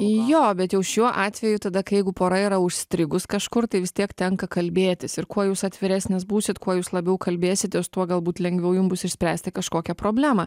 jo bet jau šiuo atveju tada kai jeigu pora yra užstrigus kažkur tai vis tiek tenka kalbėtis ir kuo jūs atviresnis būsit kuo jūs labiau kalbėsitės tuo galbūt lengviau jum bus išspręsti kažkokią problemą